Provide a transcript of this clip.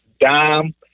dime